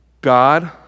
God